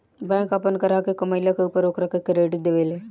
bank आपन ग्राहक के कमईला के ऊपर ओकरा के क्रेडिट देवे ले